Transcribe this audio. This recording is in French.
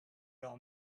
leur